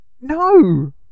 No